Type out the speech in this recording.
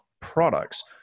products